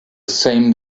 same